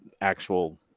actual